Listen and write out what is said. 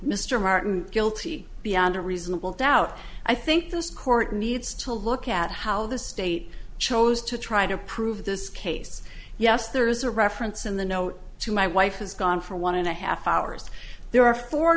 mr martin guilty beyond a reasonable doubt i think this court needs to look at how the state chose to try to prove this case yes there is a reference in the note to my wife has gone for one and a half hours there are four